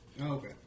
Okay